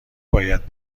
باید